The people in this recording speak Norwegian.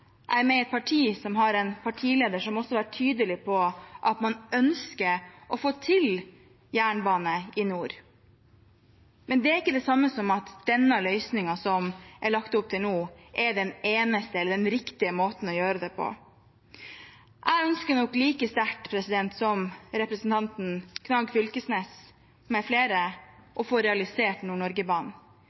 jeg er med i et parti som har en partileder som er tydelig på at man ønsker å få til jernbane i nord. Men det er ikke det samme som at den løsningen det er lagt opp til nå, er den eneste eller riktige måten å gjøre det på. Jeg ønsker nok like sterkt som representanten Knag Fylkesnes med flere å få realisert